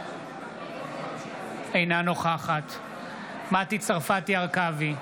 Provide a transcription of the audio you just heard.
אינה נוכחת מטי צרפתי הרכבי,